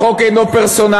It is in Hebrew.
החוק אינו פרסונלי,